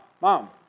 mom